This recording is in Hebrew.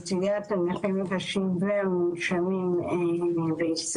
נכים למען נכים ומונשמים בישראל.